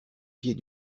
pied